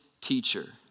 teacher